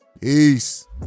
Peace